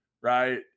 Right